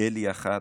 באלי אחת,